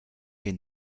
been